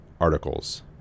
articles